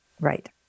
Right